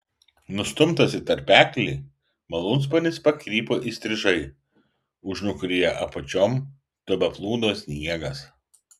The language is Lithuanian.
nustumtas į tarpeklį malūnsparnis pakrypo įstrižai užnugaryje apačion tebeplūdo sniegas